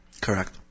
Correct